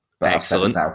Excellent